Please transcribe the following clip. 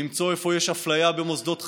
למצוא איפה יש אפליה במוסדות חינוך,